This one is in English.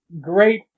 Great